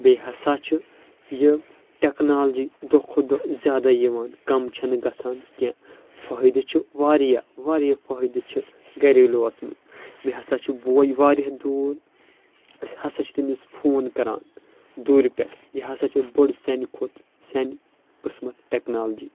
بیٚیہِ ہسا چھ یہِ ٹیکنالوجی دۄہ کھۄتہٕ دۄہ زیٛادے یِوان کم چھنہٕ گژھان کیٚنٛہہ فأیِدٕ چھ واریاہ واریاہ فأیِدٕ چھ گریلوس منٛز مےٚ ہسا چھ بوے واریاہ دوٗر أسۍ ہسا چھ تٔمِس فون کران دوٗرِ پٮ۪ٹھ یہِ ہسا چھ بٔڈ سانہِ کھۄتہٕ سانہِ قٔسمت ٹیکنالوجی